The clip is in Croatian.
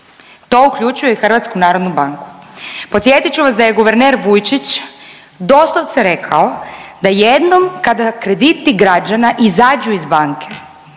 To uključuje i HNB. Podsjetit ću vas da je guverner Vujčić doslovce rekao da jednom kada krediti građana izađu iz banke,